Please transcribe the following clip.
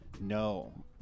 no